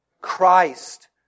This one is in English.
Christ